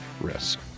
risk